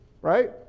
Right